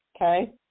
okay